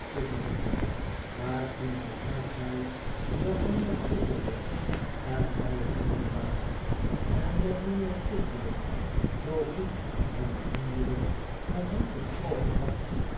chuzzlewit maar toen hij haar zei dat mijnheer chuzzlewit en hij vrienden waren en dat mijnheer chuzzlewit zoo goed en vriendelijk met hem gesproken had